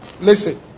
listen